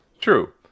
True